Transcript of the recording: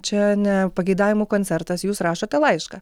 čia ne pageidavimų koncertas jūs rašote laišką